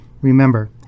Remember